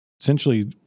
essentially